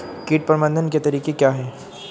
कीट प्रबंधन के तरीके क्या हैं?